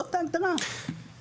זאת ההגדרה.